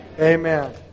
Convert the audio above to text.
Amen